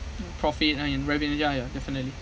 profit ah in revenue ya ya definitely